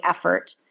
effort